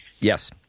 Yes